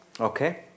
Okay